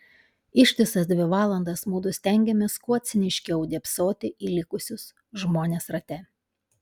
ištisas dvi valandas mudu stengėmės kuo ciniškiau dėbsoti į likusius žmones rate